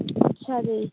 ਅੱਛਾ ਜੀ